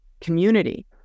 community